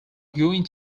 going